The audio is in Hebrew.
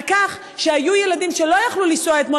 על כך שהיו ילדים שלא יכלו לנסוע אתמול